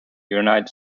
united